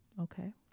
Okay